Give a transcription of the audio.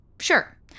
Sure